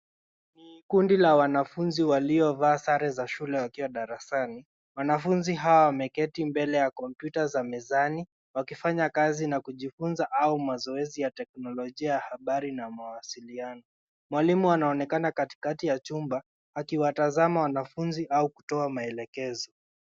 Kundi la wanafunzi waliovaa sare za shule wakiwa darasani. Wanafunzi hawa wameketi mbele ya kompyuta za mezani wakifanya kazi na kujifunza au mazoezi ya teknolojia, habari na mawasiliano. Mwalimu anaonekana katikati ya chumba akiwatazama wanafunzi au kutoa maelekezo.